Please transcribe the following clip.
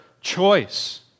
choice